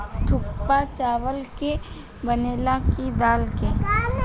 थुक्पा चावल के बनेला की दाल के?